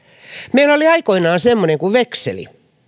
meillä oli aikoinaan semmoinen kuin vekseli